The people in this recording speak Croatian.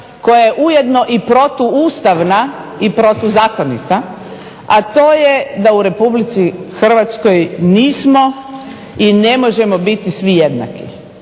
koja je ujedno i protuustavna i protuzakonita, a to je da u Republici Hrvatskoj nismo i ne možemo biti svi jednaki.